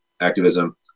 activism